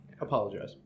Apologize